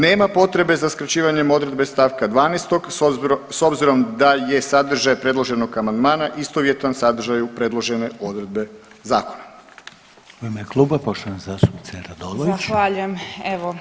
Nema potrebe za skraćivanjem odredbe st. 12. s obzirom da je sadržaj predloženog amandmana istovjetan sadržaju predložene odredbe zakona.